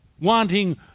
wanting